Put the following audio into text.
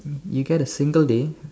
you get a single day